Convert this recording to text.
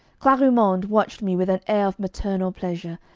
clari-monde watched me with an air of maternal pleasure,